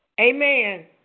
Amen